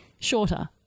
Shorter